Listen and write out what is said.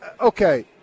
Okay